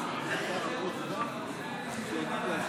בממשלה לא נתקבלה.